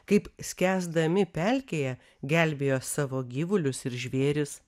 kaip skęsdami pelkėje gelbėjo savo gyvulius ir žvėris